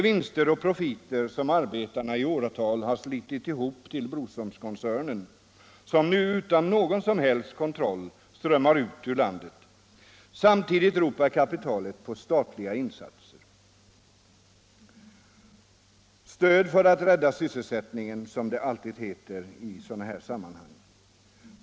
De profiter som arbetarna i åratal har slitit ihop åt Broströmkoncernen strömmar nu utan någon som helst kontroll ut ur landet. Samtidigt ropar kapitalet på statliga insatser — stöd för att rädda sysselsättningen, som det alltid heter i sådana sammanhang.